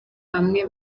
hamwe